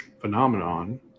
phenomenon